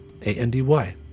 A-N-D-Y